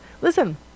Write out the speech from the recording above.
Listen